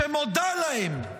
שמודה להם,